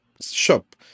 shop